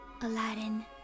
aladdin